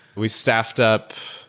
we staffed up.